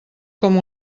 com